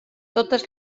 totes